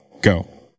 go